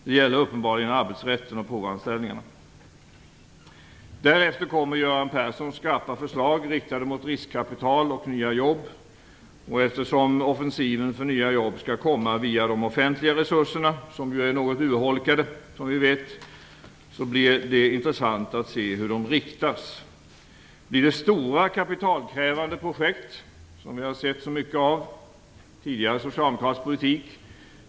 Det gäller uppenbarligen arbetsrätten och provanställningarna. Därefter kommer Göran Perssons skarpa förslag riktade mot riskkapital och nya jobb. Eftersom offensiven för nya jobb skall komma via de offentliga resurserna, som ju som vi vet är något urholkade, blir det intressant att se hur de riktas. Blir det stora kapitalkrävande projekt, som vi har sett så mycket av i tidigare socialdemokratisk politik?